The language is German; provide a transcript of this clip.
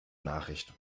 nachricht